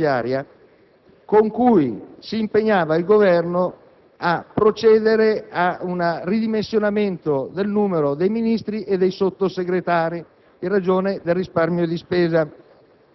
al Documento di programmazione economico-finanziaria con cui si impegnava il Governo a procedere ad un ridimensionamento del numero dei Ministri e dei Sottosegretari in ragione del risparmio di spesa.